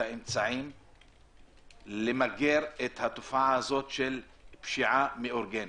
והאמצעים למגר את התופעה של פשיעה מאורגנת.